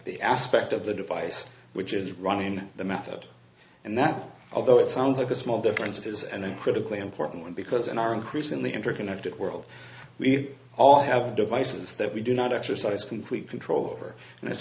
the aspect of the device which is running the method and that although it sounds like a small difference it is and then critically important because in our increasingly interconnected world we all have devices that we do not exercise complete control over and it's